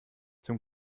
zum